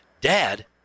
dad